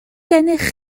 gennych